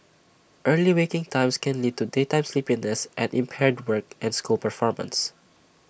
early waking times can lead to daytime sleepiness and impaired work and school performance